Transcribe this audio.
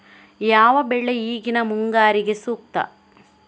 ಯಾವ ಬೆಳೆ ಈಗಿನ ಮುಂಗಾರಿಗೆ ಸೂಕ್ತ?